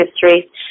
history